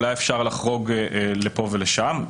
אולי אפשר לחרוג לפה ולשם,